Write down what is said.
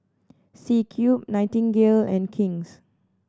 C Cube Nightingale and King's